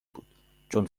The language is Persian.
بود، چون